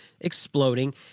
exploding